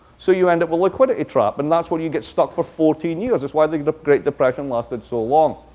so you end up with a liquidity trap. and that's when you get stuck for fourteen years. that's why the the great depression lasted so long.